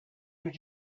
did